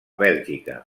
bèlgica